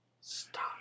Stop